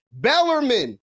Bellerman